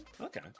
Okay